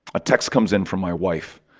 a text comes in from my wife.